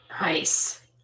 Nice